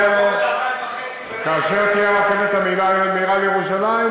כאשר תהיה הרכבת המהירה לירושלים,